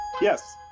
Yes